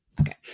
okay